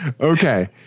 Okay